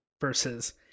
versus